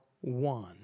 one